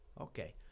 Okay